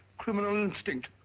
criminal instinct.